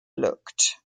looked